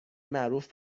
معروف